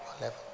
level